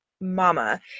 mama